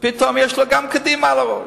ופתאום יש לו גם קדימה על הראש.